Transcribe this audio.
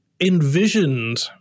envisioned